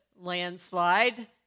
landslide